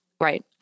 Right